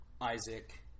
Isaac